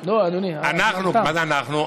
אנחנו, מה זה אנחנו?